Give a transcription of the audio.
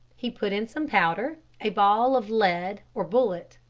he put in some powder, a ball of lead or bullet.